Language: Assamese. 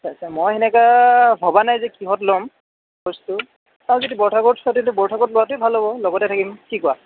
মই সেনেকা ভবা নাই যে কিহত ল'ম কৰ্ছটো চাওঁ যদি বৰঠাকুৰত পাওঁ ত' বৰঠাকুৰত লোৱাটোৱে ভাল হ'ব লগতে থাকিম কি কোৱা